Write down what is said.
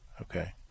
okay